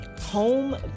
home